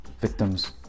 victims